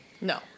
No